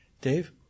Dave